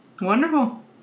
Wonderful